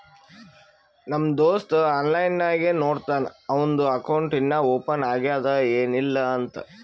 ನಮ್ ದೋಸ್ತ ಆನ್ಲೈನ್ ನಾಗೆ ನೋಡ್ತಾನ್ ಅವಂದು ಅಕೌಂಟ್ ಇನ್ನಾ ಓಪನ್ ಆಗ್ಯಾದ್ ಏನಿಲ್ಲಾ ಅಂತ್